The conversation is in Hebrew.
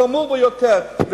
חמור ביותר.